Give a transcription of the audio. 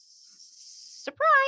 surprise